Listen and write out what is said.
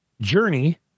Journey